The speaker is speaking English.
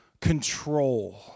control